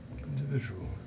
Individual